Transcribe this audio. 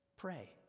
Pray